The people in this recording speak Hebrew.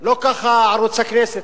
לא ככה בערוץ הכנסת.